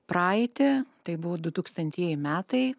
praeitį tai buvo dutūkstantieji metai